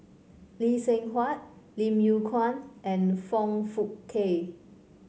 Lee Seng Huat Lim Yew Kuan and Foong Fook Kay